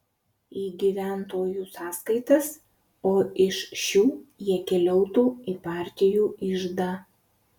į gyventojų sąskaitas o iš šių jie keliautų į partijų iždą